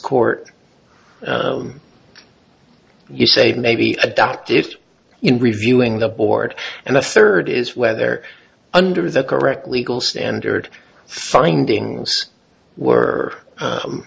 court you save maybe adopt it in reviewing the board and the third is whether under the correct legal standard findings were